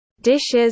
Dishes